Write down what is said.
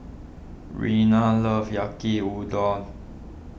Rena loves Yaki Udon